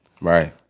Right